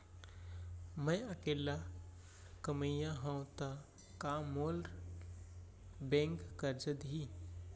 मैं अकेल्ला कमईया हव त का मोल बैंक करजा दिही?